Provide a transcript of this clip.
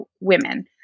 women